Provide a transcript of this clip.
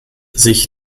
sich